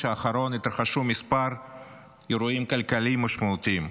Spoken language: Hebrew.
האחרון התרחשו כמה אירועים כלכליים משמעותיים: